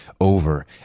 over